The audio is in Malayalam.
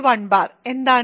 1 എന്താണ്